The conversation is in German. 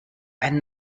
ein